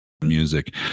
music